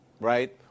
right